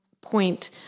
point